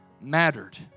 mattered